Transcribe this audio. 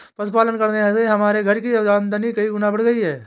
पशुपालन करने से हमारे घर की आमदनी कई गुना बढ़ गई है